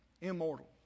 Immortal